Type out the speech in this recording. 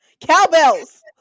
Cowbells